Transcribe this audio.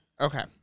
Okay